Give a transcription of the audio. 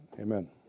Amen